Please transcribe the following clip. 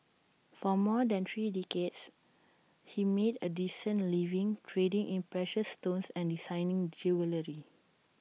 for more than three decades he made A decent living trading in precious stones and designing jewellery